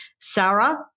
Sarah